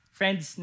friends